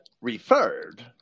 referred